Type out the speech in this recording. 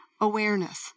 awareness